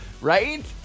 right